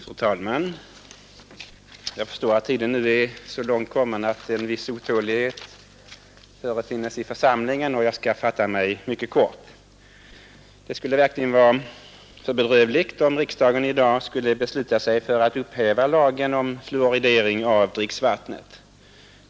Fru talman! Jag förstår att tiden nu är så långt liden att en viss otålighet förefinns i församlingen, och jag skall därför fatta mig mycket kort. Det skulle verkligen vara för bedrövligt om riksdagen i dag beslöt sig för att upphäva lagen om fluoridering av dricksvattnet.